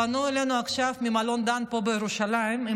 פנו אלינו עכשיו ממלון דן פה בירושלים עם